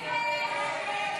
51 בעד,